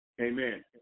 Amen